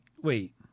wait